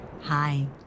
Hi